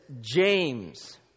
James